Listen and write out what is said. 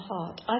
heart